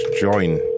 join